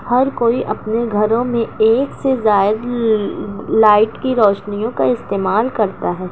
ہر کوئی اپنے گھروں میں ایک سے زائد لائٹ کی روشنیوں کا استعمال کرتا ہے